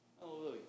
Hallelujah